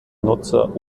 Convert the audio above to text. nutzer